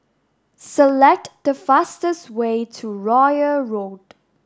select the fastest way to Royal Road